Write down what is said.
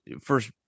first